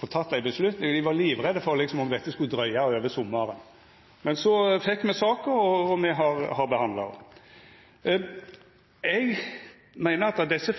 få teke ei avgjerd. Dei var livredde for at dette skulla dryga over sommaren. Men så fekk me saka, og me har behandla ho. Eg meiner at desse